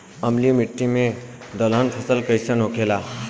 अम्लीय मिट्टी मे दलहन फसल कइसन होखेला?